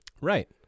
Right